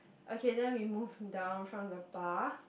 okay then we move down from the bar